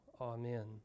Amen